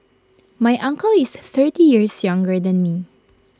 my uncle is thirty years younger than me